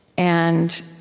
and